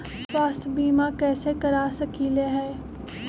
स्वाथ्य बीमा कैसे करा सकीले है?